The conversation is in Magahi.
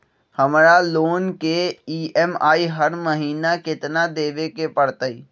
हमरा लोन के ई.एम.आई हर महिना केतना देबे के परतई?